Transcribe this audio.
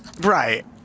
Right